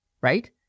right